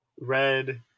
Red